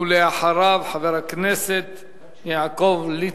ואחריו, חבר הכנסת יעקב ליצמן.